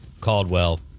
Caldwell